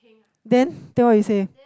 then then what you say